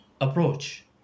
approach